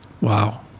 Wow